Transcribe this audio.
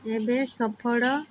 ଏବେ ସଫଳ